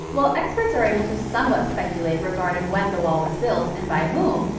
while experts are able to somewhat speculate regarding when the wall was built, and by whom,